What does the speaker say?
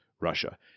Russia